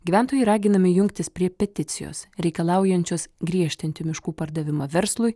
gyventojai raginami jungtis prie peticijos reikalaujančios griežtinti miškų pardavimą verslui